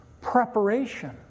preparation